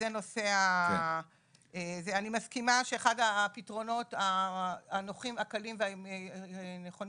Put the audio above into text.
אני מסכימה שאחד הפתרונות הנוחים והקלים